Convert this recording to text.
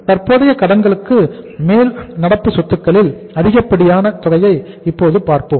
தற்போதைய கடன்களுக்கு மேல் நடப்பு சொத்துக்களில் அதிகப்படியான தொகையை இப்போது பார்ப்போம்